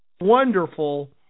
wonderful